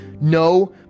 No